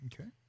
Okay